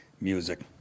music